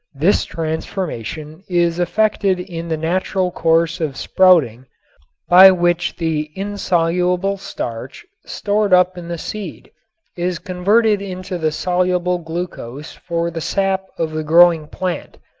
this transformation is effected in the natural course of sprouting by which the insoluble starch stored up in the seed is converted into the soluble glucose for the sap of the growing plant.